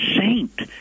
saint